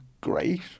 great